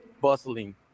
Bustling